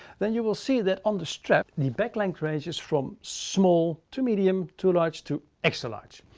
then you will see that on the strap, the back length ranges from small to medium, to large, to extra large.